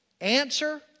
Answer